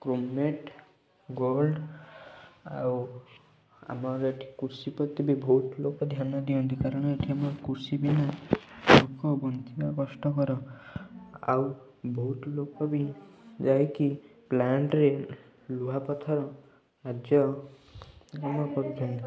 chromate gold ଆଉ ଆମର ଏଠି କୃଷି ପ୍ରତି ବି ବହୁତ ଲୋକ ଧ୍ୟାନ ଦିଅନ୍ତି କାରଣ ଏଠି ଆମର କୃଷି ବିନା ଲୋକ ବଞ୍ଚିବା କଷ୍ଟକର ଆଉ ବହୁତ ଲୋକ ବି ଯାଇକି ପ୍ଲାଣ୍ଟରେ ଲୁହା ପଥର କାର୍ଯ୍ୟକ୍ରମ କରୁଥାନ୍ତି